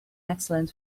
excellent